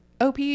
OP